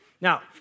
Now